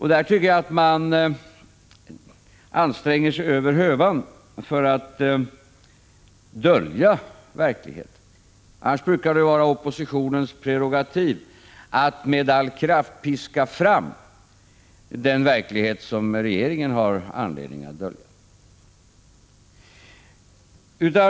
Här tycker jag att man anstränger sig över hövan för att dölja verkligheten. Annars brukar det ju vara oppositionens prerogativ att med all kraft piska fram den verklighet som regeringen har anledning att dölja.